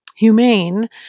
Humane